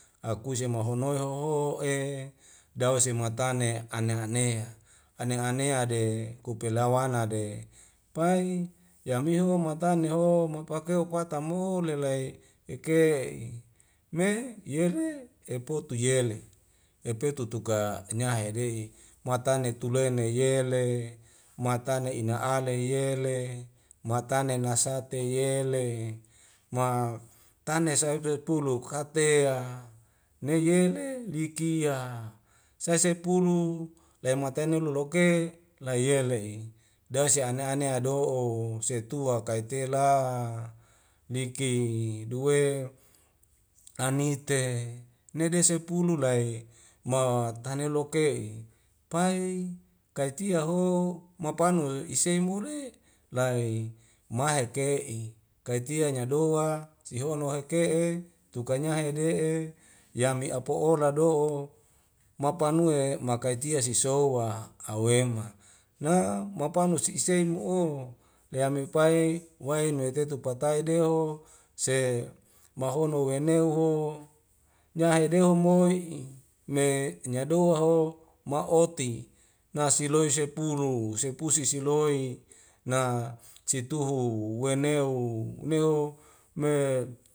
Akuise mahonoe hoho'e dawese matane ane anea ane anea de kupelawana de pai yamiho matane ho mapakeo patamu lelai eke'i me yele e po tu yele epe tutuka e nya hede'i matane tulene yele matane ina ale yele matane nasate yele ma tane sai duwe puluk kate a neyele liki a sai sepulu lematena lulu loke layele'i dause ane anea edo'o setuak kai te la niki duwe anite nede sepulu lai mah tane loke'i pai kaitia ho mapanua isemule lai mai heke'i kaitia nyadoa sihono hake'e tukanya hede'e yami apo'ora do'o mapunwe maikaitia si souwa awema na mapangu si'se'nu o leamepae wae metetu patai deho se mahono weneu ho nyahedohi mo'i me nyadoa ho ma'oti nasiloi sepulu sepu sisiloi na situhu weuneu neu me